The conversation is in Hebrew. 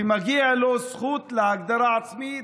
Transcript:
שמגיעה לו זכות להגדרה עצמית,